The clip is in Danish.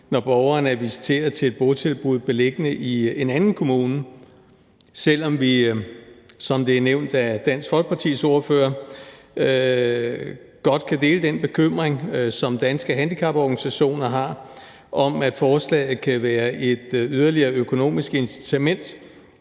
når borgeren er visiteret til et botilbud beliggende i en anden kommune, selv om vi, som det er nævnt af Dansk Folkepartis ordfører, godt kan dele den bekymring, som Danske Handicaporganisationer har, om, at forslaget kan være et yderligere økonomisk incitament